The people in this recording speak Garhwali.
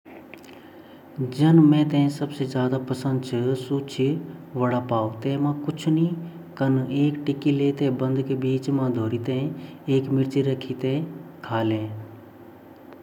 भोत सारा खांडो छिन जु भोत सिंपल वोन जन दाल चावल चिन सब्जी रवोटी चिन हमे कड़ी चावल चिन राजमा चावल चिन और इडली डोसा भी छिन यू भोत सिंपल ची और येते सब लोग पसंद करदा खांड और यु भोत टेस्टी ची अर बच्चा बुडिया सब लोग पसंद करके खांदा।